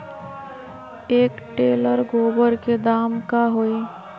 एक टेलर गोबर के दाम का होई?